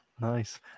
Nice